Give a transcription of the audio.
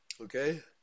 Okay